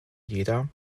jeder